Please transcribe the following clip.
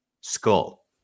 skull